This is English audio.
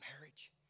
marriage